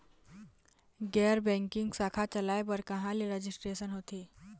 गैर बैंकिंग शाखा चलाए बर कहां ले रजिस्ट्रेशन होथे?